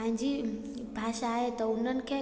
पंहिंजी भाषा आहे त उन्हनि खे